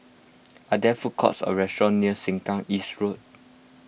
are there food courts or restaurants near Sengkang East Road